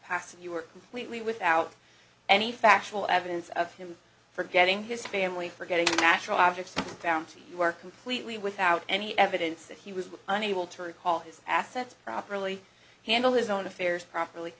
are completely without any factual evidence of him forgetting his family forgetting natural objects down to you are completely without any evidence that he was unable to recall his assets properly handle his own affairs properly